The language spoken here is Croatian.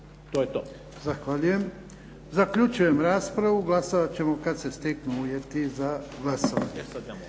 (HDZ)** Zahvaljujem. Zaključujem raspravu. Glasovat ćemo kad se steknu uvjeti za glasovanje.